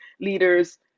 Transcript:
leaders